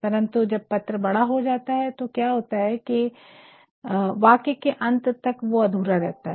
परन्तु जब पत्र बड़ा हो जाता है तो क्या होता है की तो वाक्य के अंत तक वो अधूरा रहता है